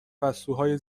پستوهای